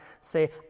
Say